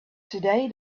today